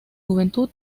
juventud